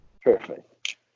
perfect